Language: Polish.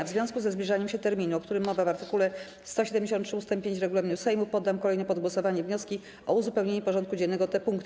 W związku ze zbliżaniem się terminu, o którym mowa w art. 173 ust. 5 regulaminu Sejmu, poddam kolejno pod głosowanie wnioski o uzupełnienie porządku dziennego o te punkty.